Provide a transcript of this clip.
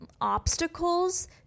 obstacles